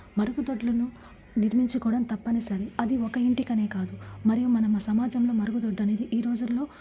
మరుగుదొడ్లను నిర్మించుకోవడం తప్పనిసరి అది ఒక ఇంటికి అనే కాదు మరియు మనం ఉన్న సమాజంలో మరుగుదొడ్డి అనేది ఈ రోజుల్లో